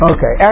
Okay